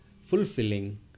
fulfilling